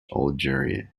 algeria